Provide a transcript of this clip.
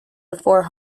before